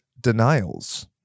denials